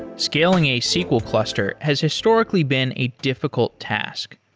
scaling a sql cluster has historically been a difficult task.